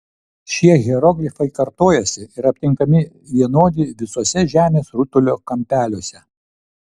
šie hieroglifai kartojasi ir aptinkami vienodi visuose žemės rutulio kampeliuose